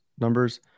numbers